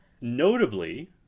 notably